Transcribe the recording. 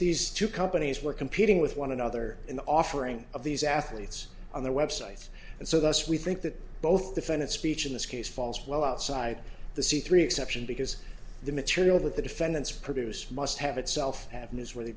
these two companies were competing with one another in the offering of these athletes on their website and so thus we think that both defendants speech in this case falls well outside the c three exception because the material that the defendants produce must have itself have newsworthy